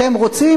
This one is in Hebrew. אתם רוצים?